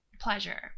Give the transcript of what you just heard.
pleasure